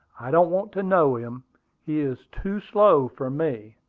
i don't want to know him he is too slow for me.